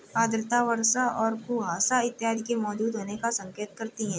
आर्द्रता वर्षा और कुहासा इत्यादि के मौजूद होने का संकेत करती है